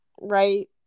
right